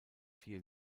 vier